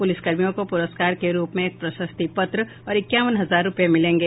पुलिसकर्मियों को पुरस्कार के रूप में एक प्रशस्ति पत्र और इक्यावन हजार रूपये मिलेंगे